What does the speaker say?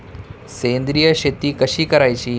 सेंद्रिय शेती कशी करायची?